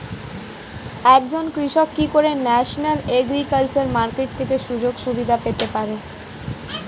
একজন কৃষক কি করে ন্যাশনাল এগ্রিকালচার মার্কেট থেকে সুযোগ সুবিধা পেতে পারে?